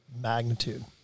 magnitude